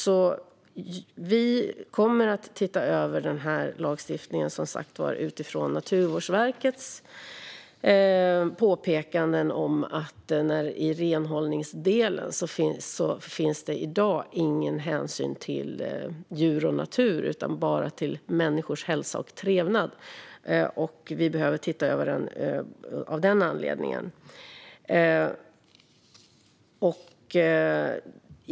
Vi kommer, som sagt, att titta över lagstiftningen utifrån Naturvårdsverkets påpekanden om att det i renhållningsdelen i dag inte finns någon hänsyn till djur och natur utan bara till människors hälsa och trevnad. Vi behöver titta över den av den anledningen.